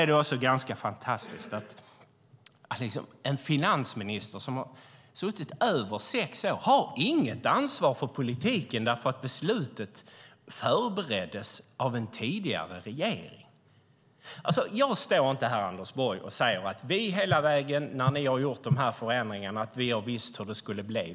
Det är ganska fantastiskt att en finansminister som har suttit över sex inte har något ansvar för politiken eftersom beslutet förbereddes av en tidigare regering! Jag står inte här, Anders Borg, och säger att vi hela vägen, när ni gjorde de här förändringarna, visste hur det skulle bli.